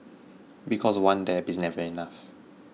because one dab is never enough